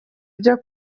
byo